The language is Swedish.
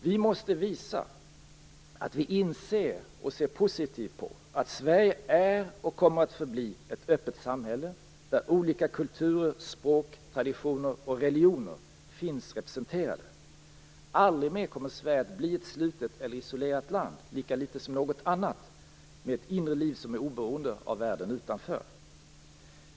Vi måste visa att vi inser, och ser positivt på, att Sverige är och kommer att förbli ett öppet samhälle där olika kulturer, språk, traditioner och religioner finns representerade. Aldrig mer kommer Sverige, lika litet som något annat land, att bli slutet eller isolerat med ett inre liv som är oberoende av världen utanför.